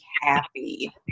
happy